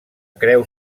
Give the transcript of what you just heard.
creu